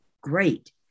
Great